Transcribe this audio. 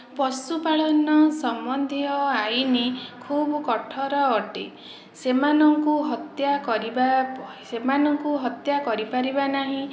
ପଶୁପାଳନ ସମ୍ବନ୍ଧୀୟ ଆଇନ ଖୁବ କଠୋର ଅଟେ ସେମାନଙ୍କୁ ହତ୍ୟା କରିବା ସେମାନଙ୍କୁ ହତ୍ୟା କରିପରିବା ନାହିଁ